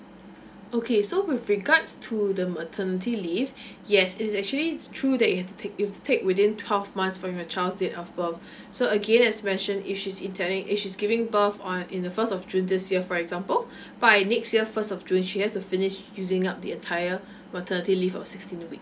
okay so with regards to the maternity leave yes it's actually true that you have to take within twelve months from your child's date of birth so again as mentioned if she's intending if she's giving borth on in the first of june this year for example by next year first of june she has to finish using up the entire maternity leave or sixteen weeks